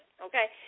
Okay